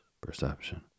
perception